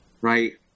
right